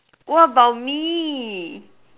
what about me